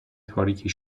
تاریکی